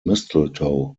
mistletoe